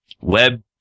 web